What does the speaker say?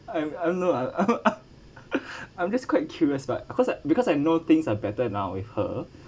I I don't know I I'm just quite curious but because I because I know things are better now with her